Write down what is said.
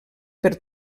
per